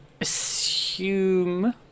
assume